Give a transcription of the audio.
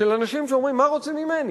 של אנשים שאומרים: מה רוצים ממני?